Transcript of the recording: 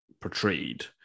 portrayed